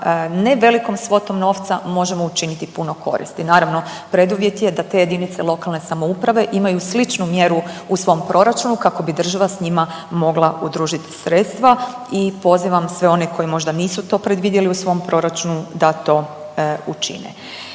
ne velikom svotom novca možemo učiniti puno koristi. Naravno preduvjet je da te jedinice lokalne samouprave imaju sličnu mjeru u svom proračunu kako bi država sa njima mogla udružiti sredstva. I pozivam sve one koji možda nisu to predvidjeli u svom proračunu da to učine.